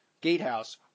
Gatehouse